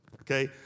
Okay